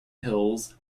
hills